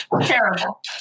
Terrible